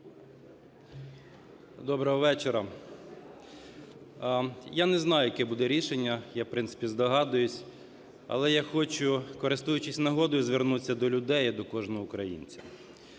Доброго вечора. Я не знаю, яке буде рішення, я, в принципі, здогадуюсь. Але я хочу, користуючись нагодою, звернутися до людей і до кожного українця.